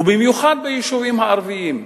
ובמיוחד ביישובים הערביים.